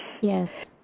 Yes